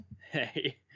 hey